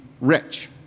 rich